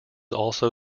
also